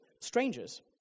Strangers